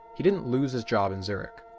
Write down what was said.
he didn't lose his job in zurich.